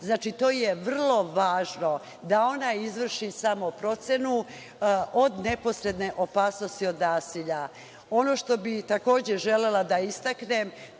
Znači, to je vrlo važno, da ona izvrši samoprocenu od neposredne opasnosti od nasilja. Ono što bih takođe želela da istaknem,